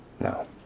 No